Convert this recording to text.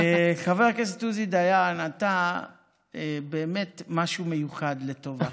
חבר הכנסת עוזי דיין, אתה באמת משהו מיוחד לטובה.